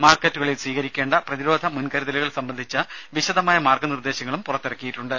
മാർക്കറ്റുകളിൽ സ്വീകരിക്കേണ്ട പ്രതിരോധ മുൻകരുതലുകൾ സംബന്ധിച്ച വിശദമായ മാർഗനിർദേശങ്ങളും പുറത്തിറക്കിയിട്ടുണ്ട്